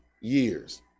years